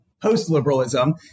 post-liberalism